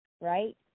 right